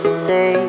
say